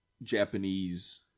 Japanese